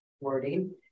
wording